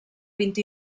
vint